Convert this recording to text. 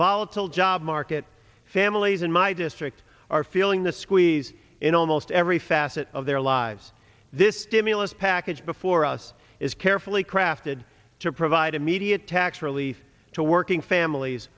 volatile job market families in my district are feeling the squeeze in almost every facet of their lives this stimulus package before is carefully crafted to provide immediate tax relief to working families